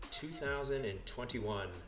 2021